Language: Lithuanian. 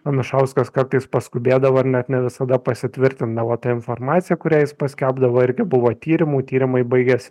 anušauskas kartais paskubėdavo ir net ne visada pasitvirtindavo ta informacija kurią jis paskelbdavo irgi buvo tyrimų tyrimai baigės